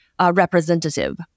Representative